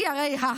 היא הרי ה-,